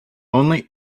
only